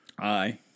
Aye